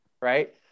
right